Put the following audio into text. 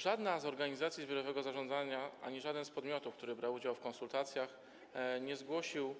Żadna z organizacji zbiorowego zarządzania ani żaden z podmiotów, które brały udział w konsultacjach, nie zgłosiły